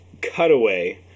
cutaway